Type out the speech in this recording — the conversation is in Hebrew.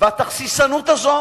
והתכסיסנות הזו